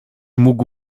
mógł